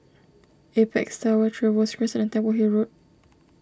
Apex Tower Trevose Crescent and Temple Hill Road